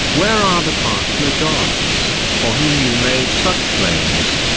where are the partner-gods, for whom you made such claims?